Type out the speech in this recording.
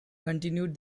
continued